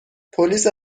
پلیس